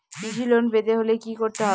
কৃষি লোন পেতে হলে কি করতে হবে?